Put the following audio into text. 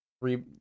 three